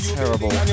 Terrible